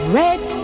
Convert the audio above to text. red